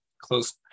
close